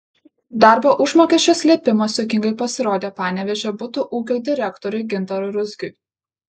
darbo užmokesčio slėpimas juokingai pasirodė panevėžio butų ūkio direktoriui gintarui ruzgiui